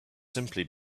simply